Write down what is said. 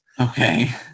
Okay